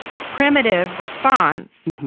primitive response.